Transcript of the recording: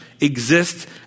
exist